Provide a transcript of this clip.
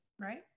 right